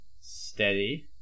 steady